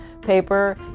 paper